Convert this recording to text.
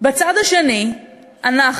בצד השני אנחנו,